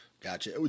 Gotcha